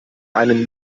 einen